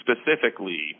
specifically